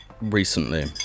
recently